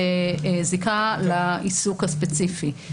זיקה לעיסוק הספציפי.